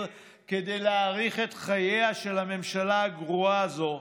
כדי להאריך את חייה של הממשלה הגרועה הזו,